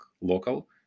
local